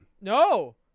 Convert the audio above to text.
No